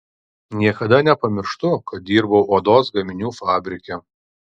niekada nepamirštu kad dirbau odos gaminių fabrike